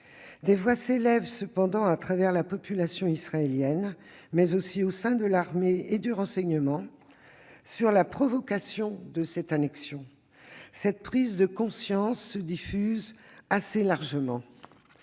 Des voix s'élèvent néanmoins à travers la population israélienne, mais aussi au sein de l'armée et du renseignement, sur la provocation que constitue cette annexion. Cette prise de conscience se diffuse assez largement.